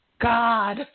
God